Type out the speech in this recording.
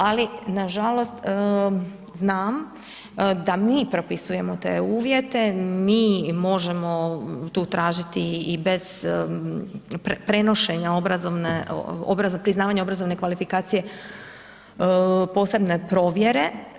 Ali na žalost znam da mi propisujemo te uvjete, mi možemo tu tražiti i bez prenošenja priznavanja obrazovne kvalifikacije posebne provjere.